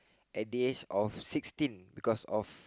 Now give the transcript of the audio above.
at the age of sixteen cause of